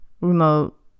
remote